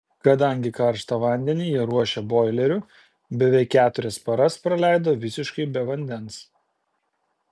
kadangi karštą vandenį jie ruošia boileriu beveik keturias paras praleido visiškai be vandens